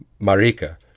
Marika